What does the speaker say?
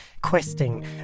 questing